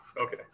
Okay